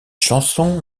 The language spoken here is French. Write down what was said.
chanson